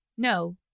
No